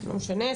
סיפור שונה,